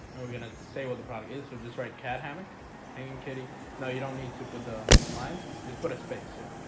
we're gonna say what the product is. so just write cat hammock hanging kitty now you don't need to put the line just put a space in